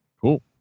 Cool